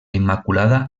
immaculada